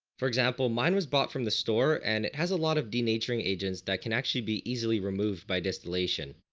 for example, mine was bought from the store and it has a lot of denaturing agents that can actually be easily removed by distillation.